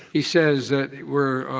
he says that we're,